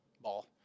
ball